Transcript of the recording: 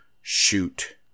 Shoot